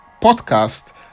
podcast